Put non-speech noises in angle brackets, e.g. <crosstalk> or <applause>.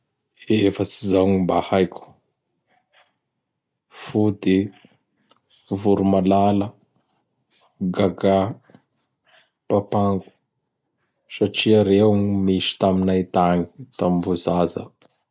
Efatsy izao gny mba haiko: Fody, Voro Malala, Gaga, Papango. Satria reo gn misy tanminay tagny tam mbô zaza. <noise>